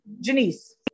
Janice